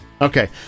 Okay